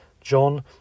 John